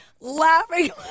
laughing